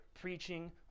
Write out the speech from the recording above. preaching